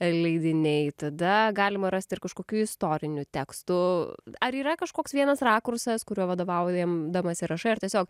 leidiniai tada galima rast ir kažkokių istorinių tekstų ar yra kažkoks vienas rakursas kuriuo vadovaujam damasi rašai ar tiesiog